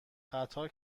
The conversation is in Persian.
قطار